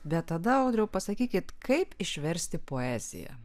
bet tada audriau pasakykit kaip išversti poeziją